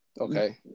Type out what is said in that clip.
Okay